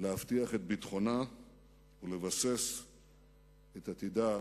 להבטיח את ביטחונה ולבסס את עתידה